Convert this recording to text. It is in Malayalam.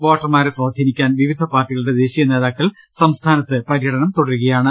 വോട്ടർമാരെ സ്വാധീനിക്കാൻ വിവിധ പാർട്ടികളുടെ ദേശീയ നേതാക്കൾ സംസ്ഥാനത്ത് പര്യടനം തുടരുകയാണ്